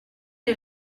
les